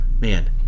Man